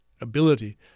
ability